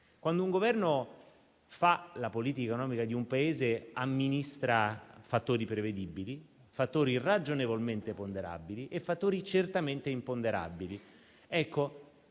Quando un Governo fa la politica economica di un Paese, amministra fattori prevedibili, fattori irragionevolmente ponderabili e fattori certamente imponderabili.